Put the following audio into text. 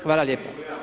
Hvala lijepa.